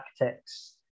architects